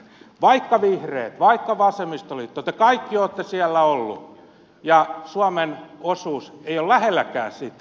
vaikka vihreät vaikka vasemmistoliitto te kaikki olette siellä olleet niin suomen osuus ei ole lähelläkään sitä